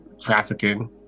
trafficking